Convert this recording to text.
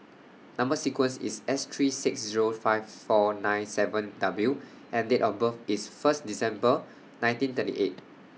Number sequence IS S three six Zero five four nine seven W and Date of birth IS First December nineteen thirty eight